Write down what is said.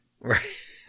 Right